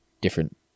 different